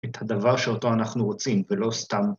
את הדבר שאותו אנחנו רוצים, ולא סתם.